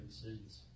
sins